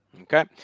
Okay